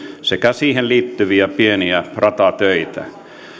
sekä siihen liittyviä pieniä ratatöitä